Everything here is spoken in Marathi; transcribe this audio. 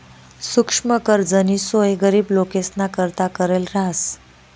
सुक्ष्म कर्जनी सोय गरीब लोकेसना करता करेल रहास